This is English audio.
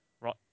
Right